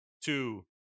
Two